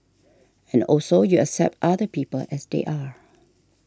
and also you accept other people as they are